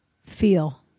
Feel